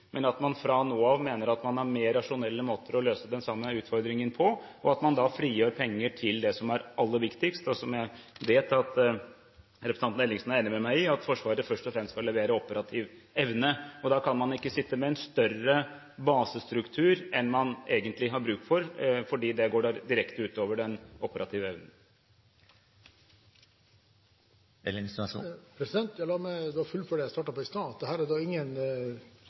men at man fra nå av mener at man har mer rasjonelle måter å løse den samme utfordringen på, og at man da frigjør penger til det som er aller viktigst, og som jeg vet at representanten Ellingsen er enig med meg i, at Forsvaret først og fremst skal levere operativ evne. Da kan man ikke sitte med en større basestruktur enn man egentlig har bruk for, fordi det da går direkte ut over den operative evnen. La meg da fullføre det jeg startet på i stad: